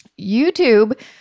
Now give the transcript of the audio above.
YouTube